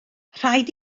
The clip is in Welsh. rhaid